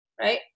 Right